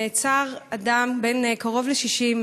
נעצר אדם בן קרוב ל-60,